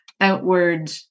outward